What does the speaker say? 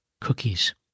cookies